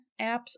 apps